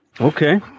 Okay